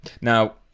Now